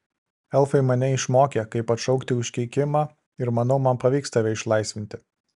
elfai mane išmokė kaip atšaukti užkeikimą ir manau man pavyks tave išlaisvinti